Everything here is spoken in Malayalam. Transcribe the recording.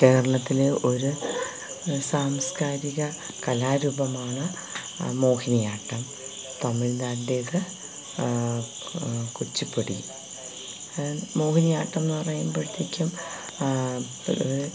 കേരളത്തിലെ ഒരു സാംസ്കാരിക കലാരൂപമാണ് മോഹിനിയാട്ടം തമിഴ്നാട്ടിലേത് കുച്ചിപ്പുടി മോഹിനിയാട്ടം എന്ന് പറയുമ്പോഴത്തേക്കും പൊതുവേ